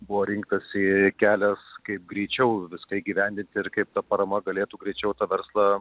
buvo rinktasi kelias kaip greičiau viską įgyvendinti ir kaip ta parama galėtų greičiau tą verslą